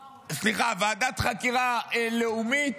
סליחה, ועדת חקירה לאומית,